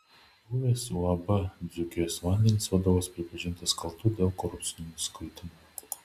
buvęs uab dzūkijos vandenys vadovas pripažintas kaltu dėl korupcinių nusikaltimų